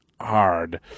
hard